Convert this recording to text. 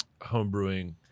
homebrewing